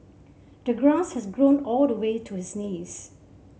the grass has grown all the way to his knees